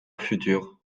futur